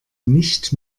nicht